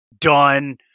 done